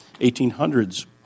1800s